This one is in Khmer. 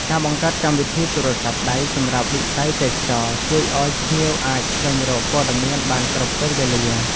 ការបង្កើតកម្មវិធីទូរស័ព្ទដៃសម្រាប់វិស័យទេសចរណ៍ជួយឱ្យភ្ញៀវអាចស្វែងរកព័ត៌មានបានគ្រប់ពេលវេលា។